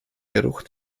geruch